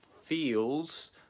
feels